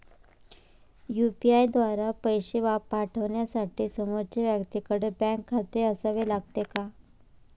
UPI द्वारा पैसे पाठवण्यासाठी समोरच्या व्यक्तीकडे बँक खाते असावे लागते का?